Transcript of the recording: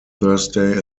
thursday